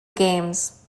games